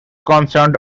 concerned